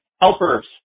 helpers